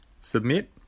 submit